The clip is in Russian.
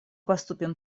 поступим